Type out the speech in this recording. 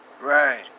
Right